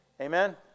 Amen